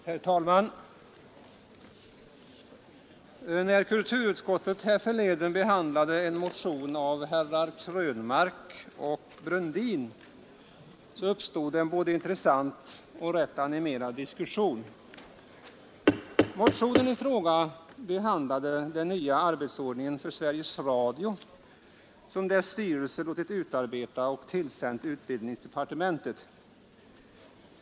Herr talman! När kulturutskottet härförleden behandlade en motion av herrar Krönmark och Brundin uppstod en både intressant och rätt animerad diskussion. Motionen i fråga behandlade den nya arbetsordning för Sveriges Radio som dess styrelse låtit utarbeta och tillsänt utbildningsdepartementet.